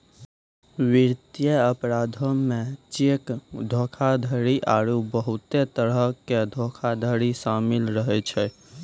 वित्तीय अपराधो मे चेक धोखाधड़ी आरु बहुते तरहो के धोखाधड़ी शामिल रहै छै